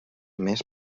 més